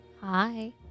Hi